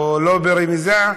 או לא ברמיזה,